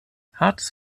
hartes